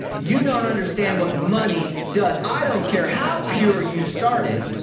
you don't understand what money does, i don't care how pure you started.